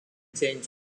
changes